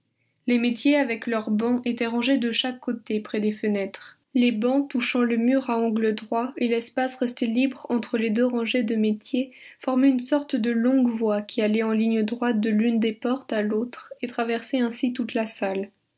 les métiers avec leurs bancs étaient rangés de chaque côté près des fenêtres les bancs touchant le mur à angle droit et l'espace resté libre entre les deux rangées de métiers formait une sorte de longue voie qui allait en ligne droite de l'une des portes à l'autre et traversait ainsi toute la salle